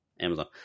Amazon